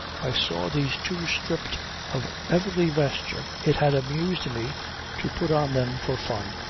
i saw these two stripped of every vesture it had amused me to put on them for fun.